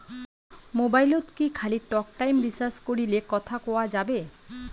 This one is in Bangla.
মোবাইলত কি খালি টকটাইম রিচার্জ করিলে কথা কয়া যাবে?